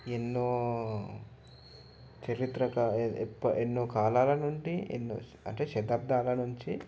ఎన్నో చారిత్రక ఎప్పు ఎన్నో కాలాల నుండి ఎన్నో అంటే శతాబ్దాల నుంచి